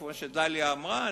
כמו שדליה אמרה,